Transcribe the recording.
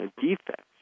defects